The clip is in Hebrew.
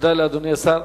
תודה לאדוני השר.